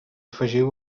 afegiu